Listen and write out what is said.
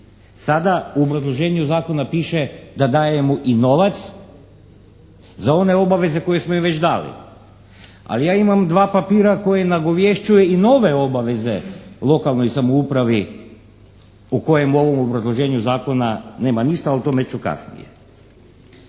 Sada u obrazloženju Zakona piše da dajemo i novac za one obaveze koje smo im već dali. Ali ja imam dva papira koji nagovješćuju i nove obaveze lokalnoj samoupravi u kojem u ovom obrazloženju Zakona nema ništa, o tome ću kasnije.